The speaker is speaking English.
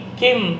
kim